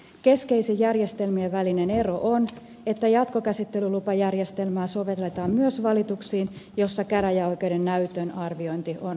keskeisin järjestelmien välinen ero on että jatkokäsittelylupajärjestelmää sovelletaan myös valituksiin joissa käräjäoikeuden näytön arviointi on riitautettu